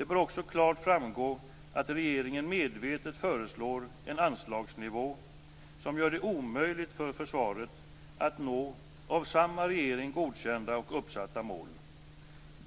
Det bör också klart framgå att regeringen medvetet föreslår en anslagsnivå som gör det omöjligt för försvaret att nå av samma regering godkända och uppsatta mål